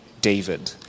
David